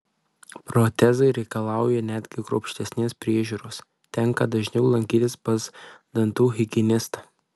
protezai reikalauja netgi kruopštesnės priežiūros tenka dažniau lankytis pas dantų higienistą